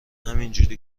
همینجوری